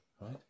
right